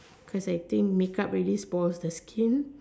cause I think make up really spoils the skin